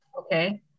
Okay